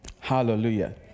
Hallelujah